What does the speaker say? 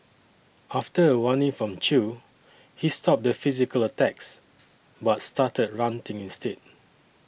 after a warning from Chew he stopped the physical attacks but started ranting instead